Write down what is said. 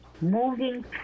moving